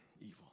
evil